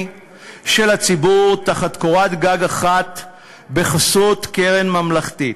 של הציבור תחת קורת גג אחת בחסות קרן ממלכתית.